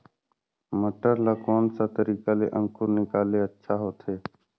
मटर ला कोन सा तरीका ले अंकुर निकाले ले अच्छा होथे?